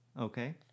Okay